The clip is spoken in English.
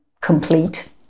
complete